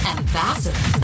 Ambassador